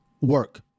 work